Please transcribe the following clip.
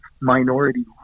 minority